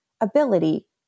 ability